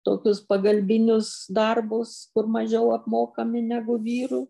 tokius pagalbinius darbus kur mažiau apmokami negu vyrų